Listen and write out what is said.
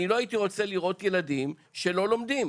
אני לא הייתי רוצה לראות ילדים שלא לומדים.